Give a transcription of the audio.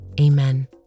Amen